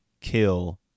kill